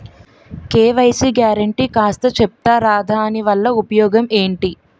KYC guarantee కాస్త చెప్తారాదాని వల్ల ఉపయోగం ఎంటి?